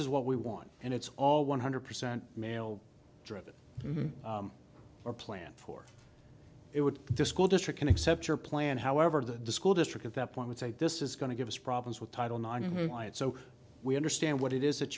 is what we want and it's all one hundred percent male driven or planned for it would the school district can accept your plan however the school district at that point would say this is going to give us problems with title nonwhite so we understand what it is that